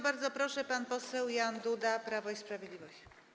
Bardzo proszę, pan poseł Jan Duda, Prawo i Sprawiedliwość.